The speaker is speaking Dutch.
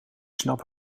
snap